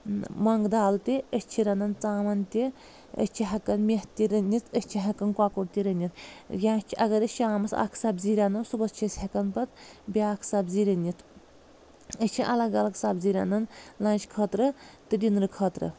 مۄنٛگہٕ دال تہِ أسۍ چھِ رنان ژامن تہِ أسۍ چھِ ہٮ۪کان مٮ۪تھ تہِ رٔنِتھ أسۍ چھِ ہٮ۪کان کۄکُر تہِ رٔنِتھ یا اگر أسۍ شامس اکھ سبزی رنو صُبحس چھِ أسۍ ہٮ۪کان پتہٕ بیٛاکھ سبزی رٔنِتھ أسۍ چھِ الگ الگ سبزی رنان لانٛچ خٲطرٕ تہٕ ڈنرٕ خٲطرٕ